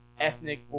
ethnic